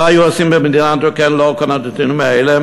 מה היו עושים במדינה מתוקנת לאור כל הנתונים האלה?